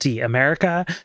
America